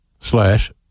slash